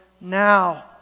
now